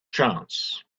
chance